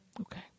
Okay